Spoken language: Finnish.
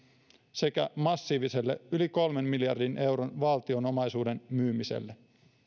sekä massiiviseen yli kolmen miljardin euron valtion omaisuuden myymiseen